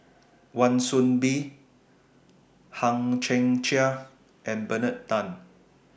Wan Soon Bee Hang Chang Chieh and Bernard Tan